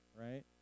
right